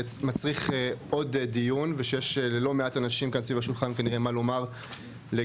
שמצריך עוד דיון ,ושיש לא מעט אנשים סביב השולחן כנראה מה לומר לגביו.